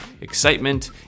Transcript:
excitement